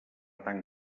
tan